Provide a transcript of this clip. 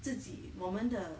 自己我们的